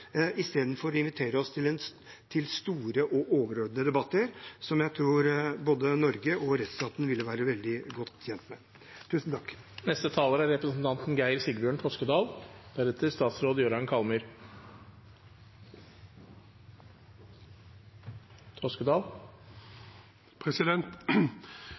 istedenfor å invitere oss til store og overordnede debatter, som jeg tror både Norge og rettsstaten ville vært godt tjent med. Kristelig Folkeparti er